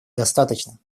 достаточно